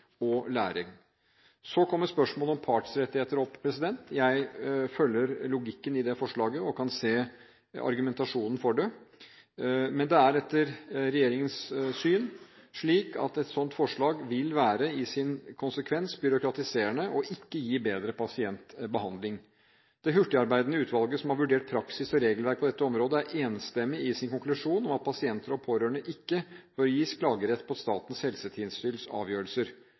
og læring. Så kommer spørsmålet om partsrettigheter opp. Jeg følger logikken i det forslaget og kan se argumentasjonen for det, men det er etter regjeringens syn slik at et sånt forslag i sin konsekvens vil være byråkratiserende og ikke gi bedre pasientbehandling. Det hurtigarbeidende utvalget som har vurdert praksis og regelverk på dette området, er enstemmige i sin konklusjon om at pasienter og pårørende ikke bør gis klagerett på Statens helsetilsyns avgjørelser.